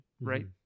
right